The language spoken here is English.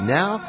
now